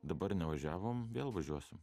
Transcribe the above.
dabar nevažiavom vėl važiuosim